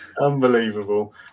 Unbelievable